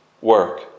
work